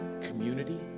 community